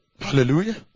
hallelujah